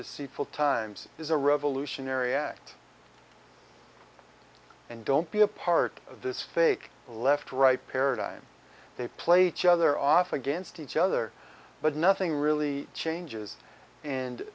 deceitful times is a revolutionary act and don't be a part of this fake left right paradigm they play each other off against each other but nothing really changes and